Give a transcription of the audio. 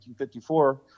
1954